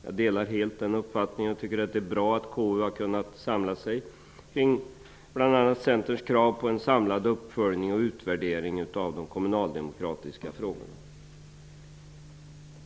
Jag delar helt den uppfattningen. Jag tycker att det är bra att KU har kunnat samla sig kring Centerns krav på en samlad uppföljning och utvärdering av de kommunaldemokratiska frågorna.